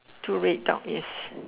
two red dot yes